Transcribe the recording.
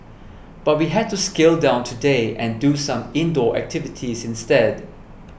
but we had to scale down today and do some indoor activities instead